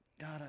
God